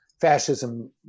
fascism